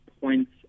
points